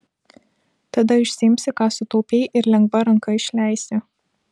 tada išsiimsi ką sutaupei ir lengva ranka išleisi